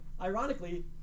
ironically